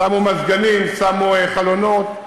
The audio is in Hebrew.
שמו מזגנים, שמו חלונות.